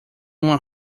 uma